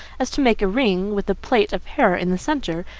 as to make a ring, with a plait of hair in the centre,